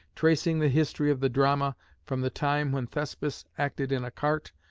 tracing the history of the drama from the time when thespis acted in a cart,